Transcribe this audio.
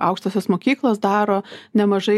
aukštosios mokyklos daro nemažai